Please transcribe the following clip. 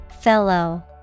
Fellow